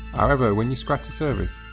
however, when you scratch the surface,